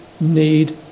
need